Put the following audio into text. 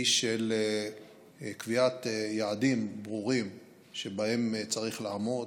היא של קביעת יעדים ברורים שבהם צריך לעמוד